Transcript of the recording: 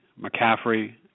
McCaffrey